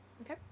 Okay